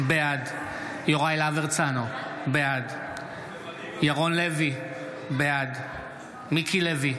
בעד יוראי להב הרצנו, בעד ירון לוי, בעד מיקי לוי,